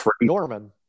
Norman